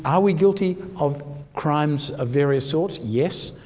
um we guilty of crimes of various sorts? yes.